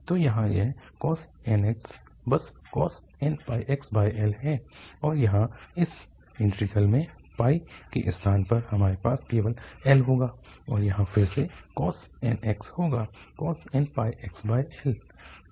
तो यहाँ यह cos nx बस cos nπxL है और यहाँ इस इंटीग्रल में के स्थान पर हमारे पास केवल L होगा और यहाँ फिर से cos nx होगा cos nπxL